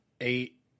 Eight